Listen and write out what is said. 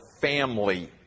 family